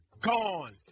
gone